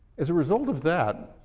as a result of that,